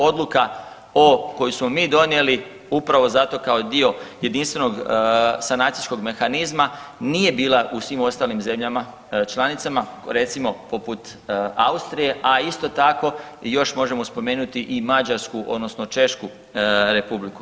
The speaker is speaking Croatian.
Odluka koju smo mi donijeli upravo zato kao dio jedinstvenog sanacijskog mehanizma nije bila u svim ostalim zemljama članicama, recimo poput Austrije, a isto tako još možemo spomenuti i Mađarsku odnosno Češku Republiku.